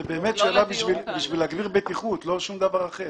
זה שאלה בשביל להגביר בטיחות, לא שום דבר אחר.